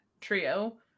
trio